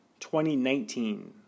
2019